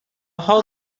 hog